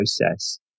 process